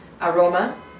aroma